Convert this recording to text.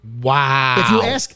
Wow